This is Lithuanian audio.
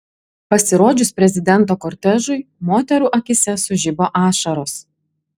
pasirodžius prezidento kortežui moterų akyse sužibo ašaros